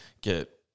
get